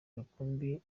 rukumbi